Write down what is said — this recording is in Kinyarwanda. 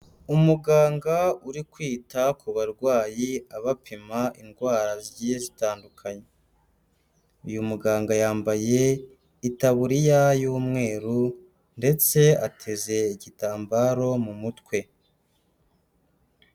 Umuganga uri kwita ku barwayi abapima indwara zigiye zitandukanye. Uyu muganga yambaye itaburiya y'umweru ndetse ateze igitambaro mu mutwe.